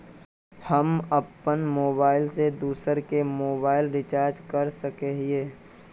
हम अपन मोबाईल से दूसरा के मोबाईल रिचार्ज कर सके हिये?